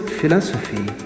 philosophy